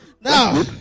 Now